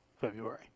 February